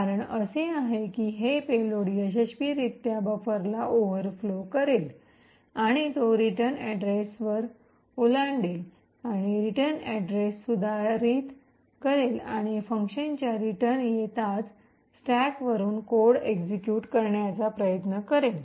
कारण असे आहे की हे पेलोड यशस्वीरित्या बफरला ओव्हरफ्लो करेल आणि तो रिटर्न अड्रेसवर ओलांडेल आणि रिटर्न अड्रेस सुधारित बदल करेल आणि फंक्शनच्या रिटर्न येताच स्टॅकवरून कोड एक्सिक्यूट करण्याचा प्रयत्न करेल